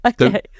okay